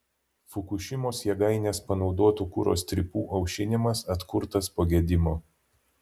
fukušimos jėgainės panaudotų kuro strypų aušinimas atkurtas po gedimo